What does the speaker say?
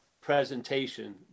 presentation